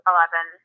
Eleven